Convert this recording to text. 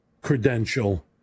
credential